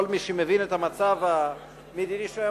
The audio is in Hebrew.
כל מי שמבין את המצב המדיני של היום,